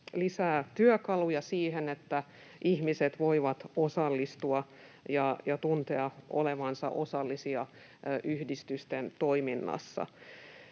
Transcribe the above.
lisää työkaluja siihen, että ihmiset voivat osallistua ja tuntea olevansa osallisia yhdistysten toiminnassa.